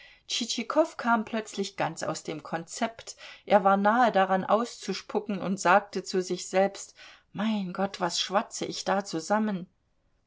kam plötzlich ganz aus dem konzept er war nahe daran auszuspucken und sagte zu sich selbst mein gott was schwatze ich da zusammen